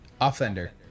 Offender